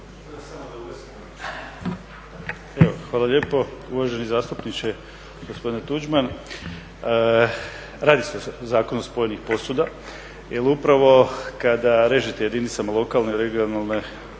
hvala lijepo. Uvaženi zastupniče gospodine Tuđman, radi se o zakonu spojenih posuda. Jer upravo kada režete jedinicama lokalne i regionalne razine